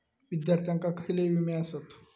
विद्यार्थ्यांका खयले विमे आसत?